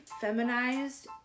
feminized